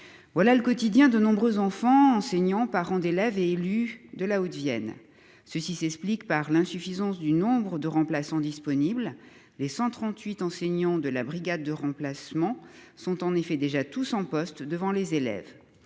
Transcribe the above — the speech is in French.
Voilà le quotidien de nombreux enfants. Enseignants, parents d'élèves et élus de la Haute-Vienne. Ceci s'explique par l'insuffisance du nombre de remplaçants disponibles, les 138 enseignants de la brigade de remplacement sont en effet déjà tout son poste devant les élèves.